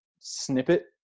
snippet